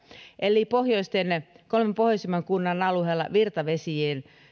eli kolmen pohjoisimman kunnan alueella